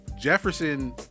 Jefferson